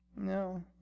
no